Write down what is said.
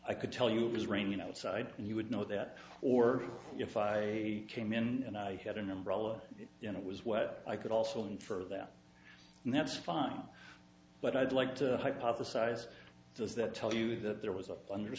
i could tell you it was raining outside and you would know that or if i came in and i had an umbrella and it was what i could also infer that and that's fine but i'd like to hypothesize those that tell you that there was a blund